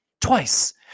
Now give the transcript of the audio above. Twice